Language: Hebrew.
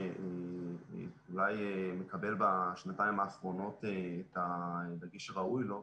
אולי מקבל בשנתיים האחרונות את הדגש הראוי לו,